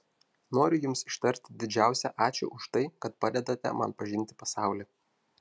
noriu jums ištarti didžiausią ačiū už tai kad padedate man pažinti pasaulį